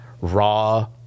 raw